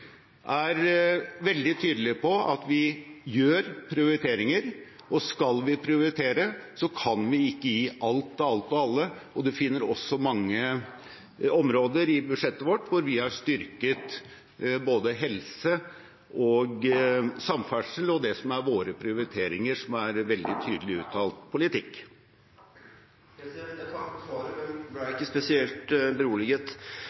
er veldig tydelig på at vi gjør prioriteringer. Skal vi prioritere, kan vi ikke gi alt til alt og alle. Man finner også mange områder i budsjettet vårt der vi har styrket helse, samferdsel og det som er våre prioriteringer, som er veldig tydelig uttalt politikk. Jeg takker for svaret, men ble ikke spesielt beroliget.